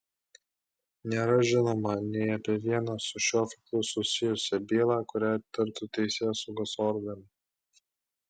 nėra žinoma nei apie vieną su šiuo faktu susijusią bylą kurią tirtų teisėsaugos organai